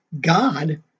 God